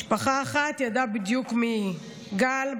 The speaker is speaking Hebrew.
משפחה אחת ידעה בדיוק מי היא: גל,